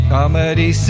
Comedy